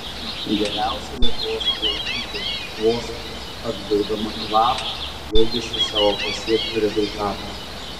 geriausia lietuvos plaukikė vos atgaudama kvapą džiaugėsi savo pasiektu rezultatu